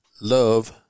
love